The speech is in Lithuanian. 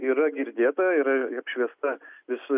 yra girdėta yra apšviesta visa